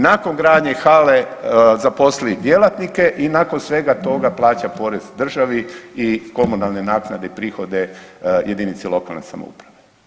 Nakon gradnje hale zaposlili djelatnike i nakon svega toga plaća porez državi i komunalne naknade i prihode jedinici lokalne samouprave.